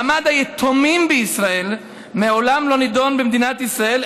מעמד היתומים בישראל מעולם לא נדון במדינת ישראל,